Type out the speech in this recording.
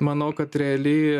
manau kad reali